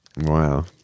Wow